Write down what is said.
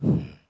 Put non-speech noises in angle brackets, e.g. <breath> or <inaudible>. <breath>